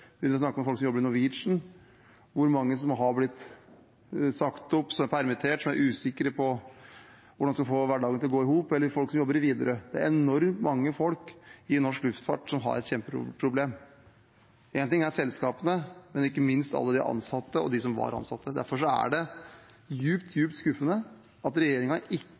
folk som jobber i Norwegian, har mange der blitt sagt opp eller er permittert, og som er usikre på hvordan de skal få hverdagen til å gå i hop. Det samme gjelder folk som jobber i Widerøe. Det er enormt mange folk i norsk luftfart som har et kjempeproblem. Én ting er selskapene, men ikke minst handler det om alle de ansatte og de som var ansatt. Derfor er det dypt, dypt skuffende at regjeringen ikke